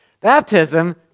Baptism